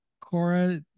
Cora